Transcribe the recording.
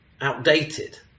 outdated